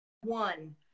one